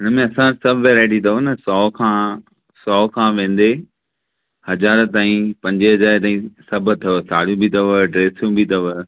हुनमें असां सभु वैरायटी अथव न सौ खां सौ खां वेंदे हज़ारु ताईं पंजे हज़ारु ताईं सभु अथव साड़ियूं बि अथव ड्रैसयूं बि अथव